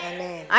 Amen